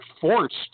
forced